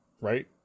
right